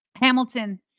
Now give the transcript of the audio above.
Hamilton